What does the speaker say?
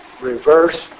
reverse